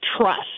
trust